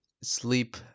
sleep